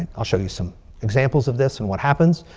and i'll show you some examples of this and what happens.